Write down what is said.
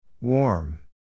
Warm